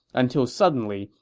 until suddenly,